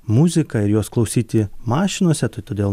muzika ir jos klausyti mašinose tai todėl